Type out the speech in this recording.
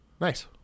Nice